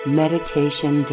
meditation